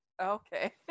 Okay